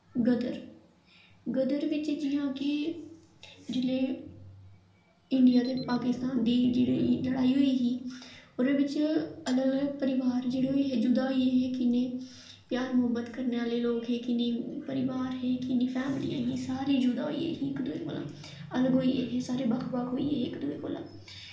गदर गदर बिच्च जियां कि जिल्लै इंडिया ते पाकिस्तान दी जेह्ड़ी लड़ाई होई ही ओह्दे बिच्च अलग अलग परिवार जेह्ड़े हे जुदा होई गे हे प्यार मुहब्बत करने आह्ले लोक हे किन्ने परिवार हे किन्नी फैमलियां ही सारे जुदा होई गे हे इक दूए कोला दा अलग होई गे हे सारे बक्ख बक्ख होई गे हे इक दूए कोला दा